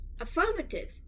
Affirmative